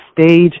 stage